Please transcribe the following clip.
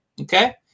Okay